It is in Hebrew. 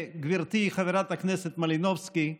גברתי חברת הכנסת מלינובסקי,